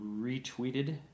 retweeted